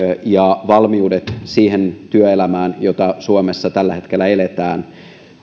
ja valmiudet siihen työelämään jota suomessa tällä hetkellä eletään